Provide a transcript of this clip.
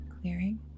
clearing